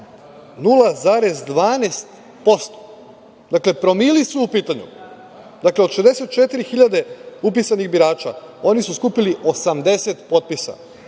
0,12%. Dakle, promili su u pitanju. Dakle, od 64.000 upisanih birača, oni su skupili 80 potpisa,